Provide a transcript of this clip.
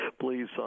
please